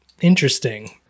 Interesting